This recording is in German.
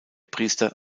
priester